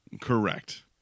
Correct